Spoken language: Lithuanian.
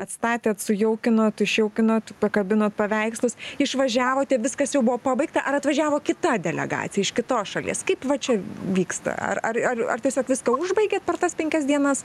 atstatėt sujaukinot išjaukinot pakabinot paveikslus išvažiavote viskas jau buvo pabaigta ar atvažiavo kita delegacija iš kitos šalies kaip va čia vyksta ar ar ar ar tiesiog viską užbaigėt per tas penkias dienas